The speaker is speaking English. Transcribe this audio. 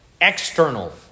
external